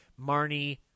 Marnie